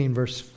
verse